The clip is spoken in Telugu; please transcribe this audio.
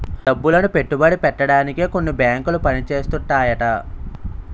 డబ్బులను పెట్టుబడి పెట్టడానికే కొన్ని బేంకులు పని చేస్తుంటాయట